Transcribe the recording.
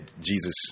Jesus